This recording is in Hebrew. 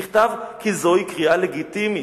נכתב כי זוהי קריאה לגיטימית.